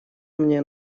мне